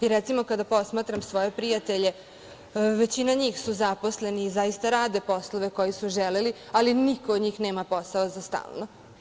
Recimo, kada posmatram svoje prijatelje, većina njih su zaposleni i zaista rade poslove koje su želeli, ali niko od njih nema posao za stalno.